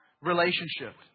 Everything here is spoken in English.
relationship